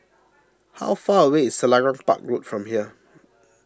how far away is Selarang Park Road from here